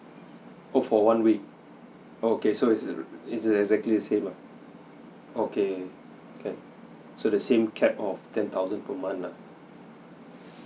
oh for one week oh okay so is it it's it's exactly the same ah okay can so the same cap of ten thousand per month lah